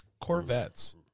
corvettes